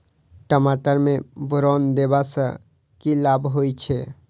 टमाटर मे बोरन देबा सँ की लाभ होइ छैय?